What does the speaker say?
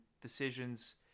decisions